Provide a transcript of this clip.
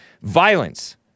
violence